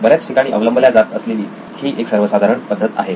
बऱ्याच ठिकाणी अवलंबल्या जात असलेली ही एक सर्वसाधारण पद्धत आहे